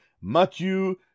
Matthew